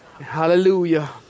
Hallelujah